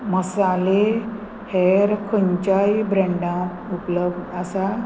मसाले हेर खंयच्याय ब्रँडांत उपलब्ध आसा